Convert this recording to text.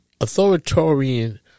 Authoritarian